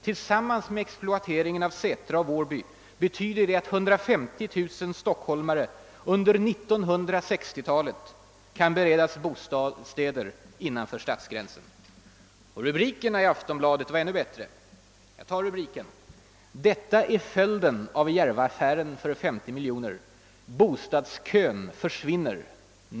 Tillsammans med exploateringen av Sätra och Vårby betyder det att 150 000 stockholmare under 1960-talet kan beredas bostäder innanför stadsgränsen.» Rubrikerna i Aftonbladet var ännu bättre: »Detta är följden av Järvaaffären : Bostadskön försvinner.